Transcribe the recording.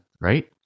right